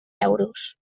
euros